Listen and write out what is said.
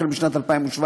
משנת 2017,